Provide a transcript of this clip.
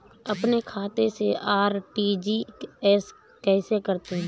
अपने खाते से आर.टी.जी.एस कैसे करते हैं?